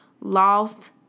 lost